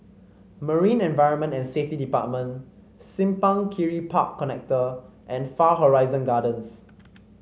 Marine Environment and Safety Department Simpang Kiri Park Connector and Far Horizon Gardens